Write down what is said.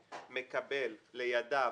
הוא מקבל לידיו